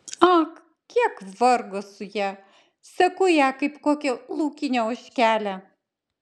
ak kiek vargo su ja seku ją kaip kokią laukinę ožkelę